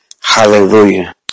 Hallelujah